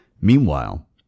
meanwhile